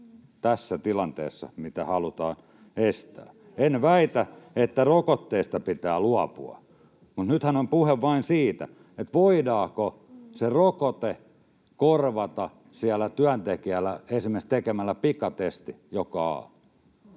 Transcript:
tässä tilanteessa, mitä halutaan estää. En väitä, että rokotteista pitää luopua, mutta nythän on puhe vain siitä, voidaanko se rokote työntekijällä korvata esimerkiksi tekemällä pikatesti joka aamu.